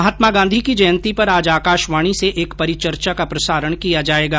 महात्मा गांधी की जयंती पर आज आकाशवाणी से एक परिचर्चा का प्रसारण किया जायेगा